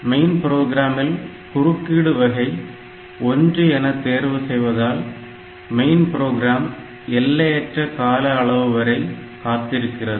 main புரோகிராமில் குறுக்கீடு வகை 1 என தேர்வு செய்வதால் மெயின் ப்ரோக்ராம் எல்லையற்ற கால அளவு வரை காத்திருக்கிறது